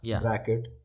Bracket